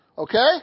Okay